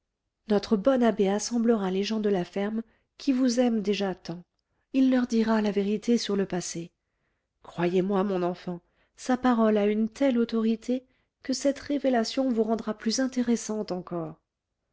notre bon abbé assemblera les gens de la ferme qui vous aiment déjà tant il leur dira la vérité sur le passé croyez-moi mon enfant sa parole a une telle autorité que cette révélation vous rendra plus intéressante encore